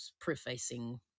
prefacing